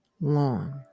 long